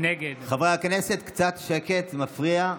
נגד חברי הכנסת, קצת שקט, זה מפריע.